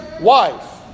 wife